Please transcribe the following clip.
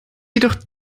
jedoch